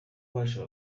baje